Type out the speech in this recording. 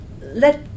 let